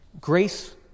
Grace